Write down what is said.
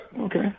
okay